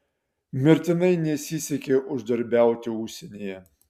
mirtai nesisekė uždarbiaut užsienyje